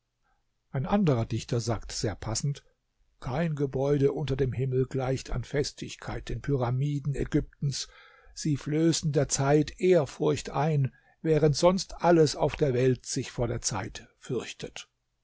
ein anderer dichter sagt sehr passend kein gebäude unter dem himmel gleicht an festigkeit den pyramiden ägyptens sie flößen der zeit ehrfurcht ein während sonst alles auf der welt sich vor der zeit fürchtet